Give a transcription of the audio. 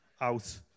out